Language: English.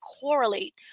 correlate